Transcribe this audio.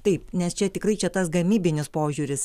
taip nes čia tikrai čia tas gamybinis požiūris